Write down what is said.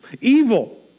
evil